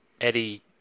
Eddie